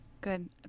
Good